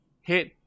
hit